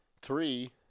Three